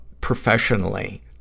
professionally